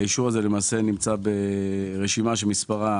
האישור הזה נמצא ברשימה שמספרה